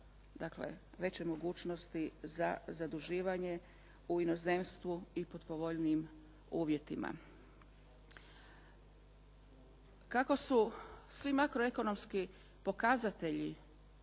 veće mogućnosti za zaduživanje u inozemstvu i pod povoljnijim uvjetima. Kako su svi makroekonomski pokazatelji